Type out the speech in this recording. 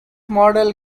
model